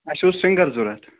اَسہِ اوس سِنٛگر ضوٚرتھ